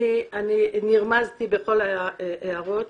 נרמזתי בכל ההערות